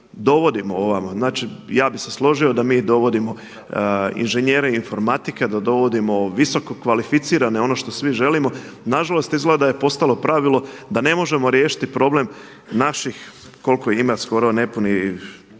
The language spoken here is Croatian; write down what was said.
dovodimo ovamo. Znači ja bi se složio da mi dovodimo inženjere informatike da dovodimo visokokvalificirane ono što svi želim. Nažalost izgleda da je postalo pravilo da ne možemo riješiti problem naših, koliko ima skoro nepuni